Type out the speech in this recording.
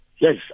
Yes